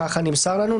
ככה נמסר לנו.